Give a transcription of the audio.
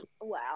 Wow